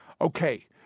Okay